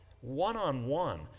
one-on-one